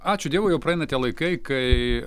ačiū dievui jau praeina tie laikai kai